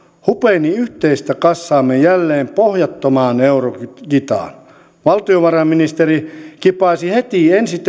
hupeni yhteistä kassaamme jälleen pohjattomaan eurokitaan valtiovarainministeri kipaisi heti ensi